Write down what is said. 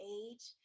age